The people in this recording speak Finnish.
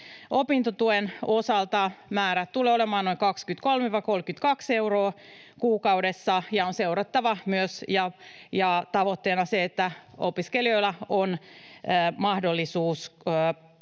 Opintotuen osalta määrä tulee olemaan noin 23—32 euroa kuukaudessa, ja tätä on seurattava myös. Tavoitteena on se, että opiskelijoilla on mahdollisuus